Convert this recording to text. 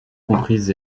comprises